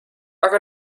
aga